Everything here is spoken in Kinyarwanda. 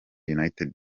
united